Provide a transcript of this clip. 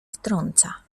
wtrąca